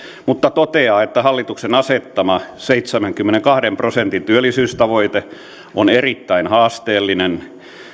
mutta toteaa että hallituksen asettama seitsemänkymmenenkahden prosentin työllisyystavoite on erittäin haasteellinen